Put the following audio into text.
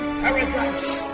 paradise